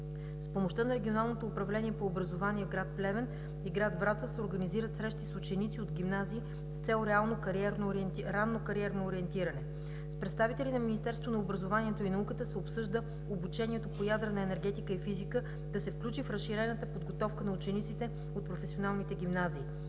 С помощта на Регионалното управление по образование в град Плевен и град Враца се организират срещи с ученици от гимназии с цел реално кариерно ориентиране. С представители на Министерството на образованието и науката се обсъжда обучението по ядрена енергетика и физика да се включи в разширената подготовка на учениците от професионалните гимназии.